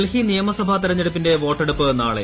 ഡൽഹി നിയമസഭാ തെരഞ്ഞെടുപ്പ ിന്റെ വോട്ടെടുപ്പ് നാളെ